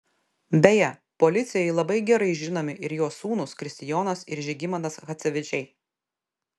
beje policijai labai gerai žinomi ir jo sūnūs kristijonas ir žygimantas chadzevičiai